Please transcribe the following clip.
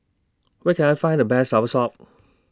Where Can I Find The Best Soursop